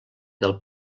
del